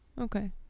okay